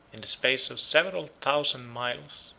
in the space of several thousand miles,